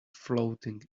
floating